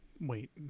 Wait